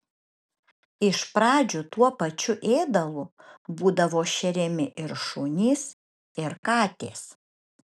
iš pradžių tuo pačiu ėdalu būdavo šeriami ir šunys ir katės